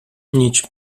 nici